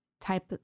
type